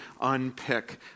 unpick